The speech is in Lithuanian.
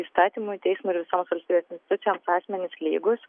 įstatymui teismui ir visoms valstybės institucijoms asmenys lygūs